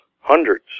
Hundreds